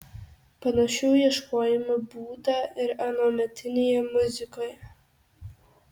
panašių ieškojimų būta ir anuometinėje muzikoje